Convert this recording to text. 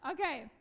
Okay